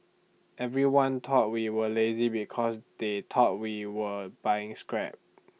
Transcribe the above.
everyone thought we were lazy because they thought we were buying scrap